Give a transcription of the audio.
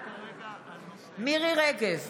בעד מירי מרים רגב,